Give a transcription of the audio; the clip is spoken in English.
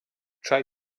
try